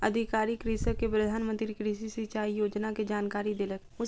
अधिकारी कृषक के प्रधान मंत्री कृषि सिचाई योजना के जानकारी देलक